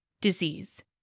Disease